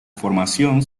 formación